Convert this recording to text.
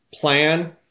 Plan